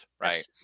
right